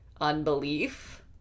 unbelief